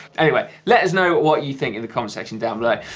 anyway, let us know what what you think in the comments section down below.